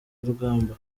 rugamba